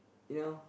you know